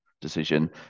Decision